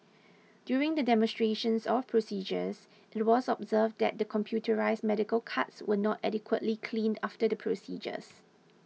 during the demonstrations of procedures it was observed that the computerised medical carts were not adequately cleaned after the procedures